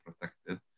protected